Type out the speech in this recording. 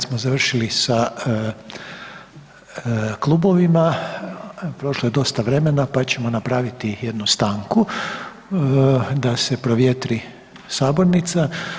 smo završili sa klubovima, prošlo je dosta vremena pa ćemo napraviti jednu stanku da se provjetri sabornica.